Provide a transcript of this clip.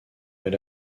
est